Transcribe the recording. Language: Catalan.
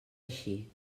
així